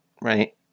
Right